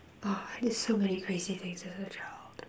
oh I did so many crazy things as a child